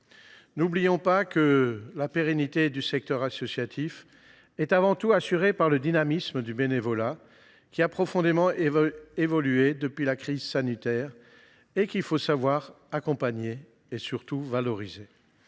l’oublions pas, la pérennité du secteur associatif est avant tout assurée par le dynamisme du bénévolat, qui a profondément évolué depuis la crise sanitaire. Il faut savoir l’accompagner et, surtout, le valoriser.